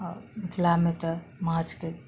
आ मिथिलामे तऽ माछके